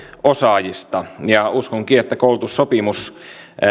osaajista uskonkin että koulutussopimus